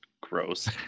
gross